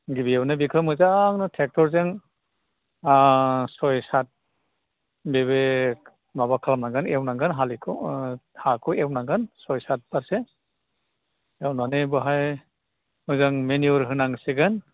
गिबियावनो बेखौ मोजांनो ट्रेकटरजों आह सय साट बेबो माबा खालामनांगोन हाखौ एवनांगोन सय साट बारसो एवनानै बावहाय मोजां मेनिउर होनांसिगोन